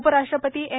उपराष्ट्रपती एम